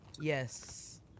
Yes